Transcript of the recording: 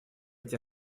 эти